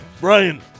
Brian